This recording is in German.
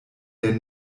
der